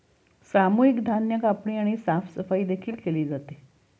सामूहिक धान्य कापणी आणि साफसफाई देखील केली जाते